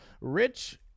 Rich